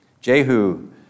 Jehu